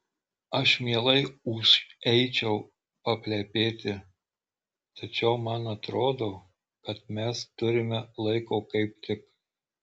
aš mielai užeičiau paplepėti tačiau man atrodo kad mes turime laiko kaip tik